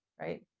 right